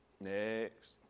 Next